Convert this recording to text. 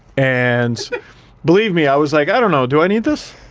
and believe me, i was like, i don't know, do i need this?